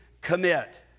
commit